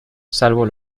salvo